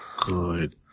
good